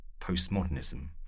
postmodernism